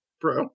bro